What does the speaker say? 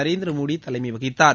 நரேந்திரமோடி தலைமை வகித்தார்